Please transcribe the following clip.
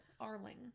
Arling